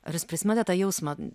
ar jūs prisimenate tą jausmą